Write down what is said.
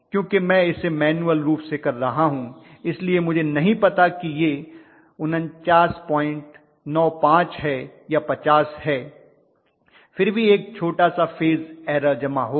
क्योंकि मैं इसे मैन्युअल रूप से कर रहा हूं इसलिए मुझे नहीं पता कि यह 4995 है या 50 है फिर भी एक छोटा सा फेज एरर जमा होगा